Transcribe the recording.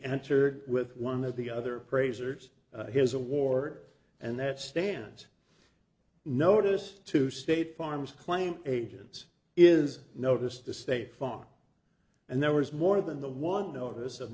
entered with one of the other fraser's his award and that stands notice to state farm's claim agents is noticed the state farm and there was more than the one notice of